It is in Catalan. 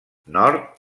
nord